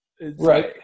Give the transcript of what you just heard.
Right